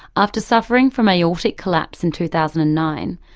after suffering from aortic collapse in two thousand and nine,